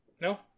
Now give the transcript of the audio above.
No